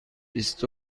بیست